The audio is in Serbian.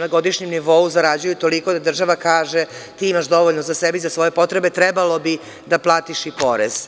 na godišnjem nivou zarađuju toliko da država kaže – ti imaš dovoljno za sebe i za svoje potrebe, trebalo bi da platiš i porez.